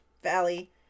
valley